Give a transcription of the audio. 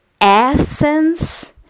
essence